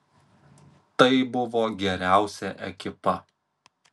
tai buvo geriausia ekipa